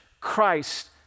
Christ